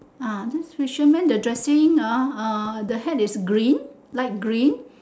ah this fisherman the dressing uh ah the hat is green light green